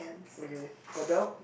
okay got belt